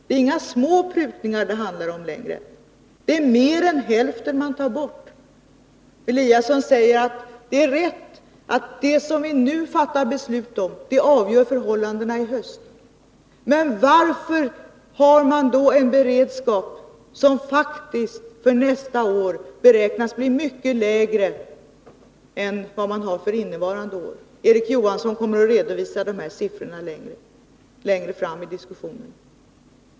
Det är inga små prutningar det handlar om längre. Det är mer än hälften man tar bort. Ingemar Eliasson säger att det är rätt att det som vi nu fattar beslut om avgör förhållandena i höst. Men varför har man då en beredskap för nästa år som vi beräknar blir mycket lägre än den för innevarande år? Erik Johansson kommer att redovisa dessa siffror längre fram i diskussionen.